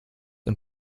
und